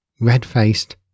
red-faced